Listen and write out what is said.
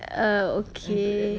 err okay